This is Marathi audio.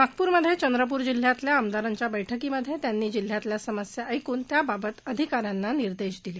नागपूरमध्ये चंद्रपूर जिल्ह्यातल्या मदारांच्या बैठकीमध्ये त्यांनी जिल्ह्यातल्या समस्या ऐकून त्याबाबत अधिकाऱ्यांना निर्देश दिले